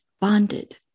bonded